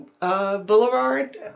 Boulevard